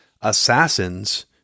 assassins